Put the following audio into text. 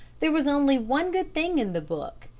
there was only one good thing in the book,